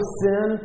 sin